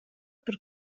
per